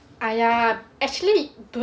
!aiya! actually